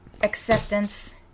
acceptance